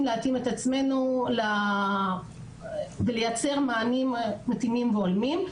להתאים את עצמנו בלייצר מענים מתאימים והולמים.